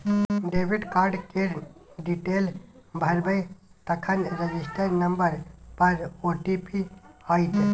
debit card केर detail भरबै तखन रजिस्टर नंबर पर ओ.टी.पी आएत